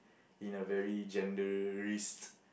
in a very genderist